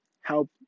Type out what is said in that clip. help